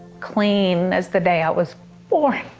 clean as the day i was born.